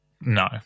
No